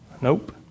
Nope